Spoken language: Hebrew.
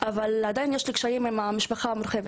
אבל עדיין יש לי קשים מול המשפחה המורחבת.